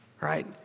Right